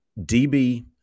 DB